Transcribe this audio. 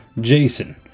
Jason